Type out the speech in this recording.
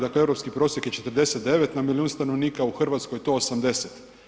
Dakle europski prosjek je 49 na milijun stanovnika a u hrvatskoj je to 80.